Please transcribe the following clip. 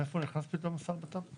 איפה נכנס פתאום השר לביטחון פנים?